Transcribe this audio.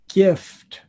gift